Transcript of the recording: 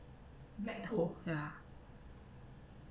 black hole ya